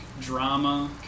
drama